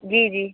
جی جی